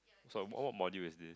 so what what module is this